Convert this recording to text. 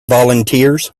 volunteers